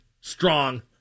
strong